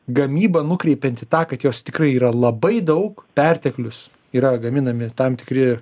gamyba nukreipianti tą kad jos tikrai yra labai daug perteklius yra gaminami tam tikri